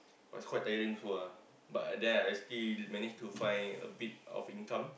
but it's quite tiring also ah but at there I still manage to find a bit of income